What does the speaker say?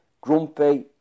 Grumpy